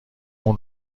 اون